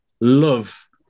love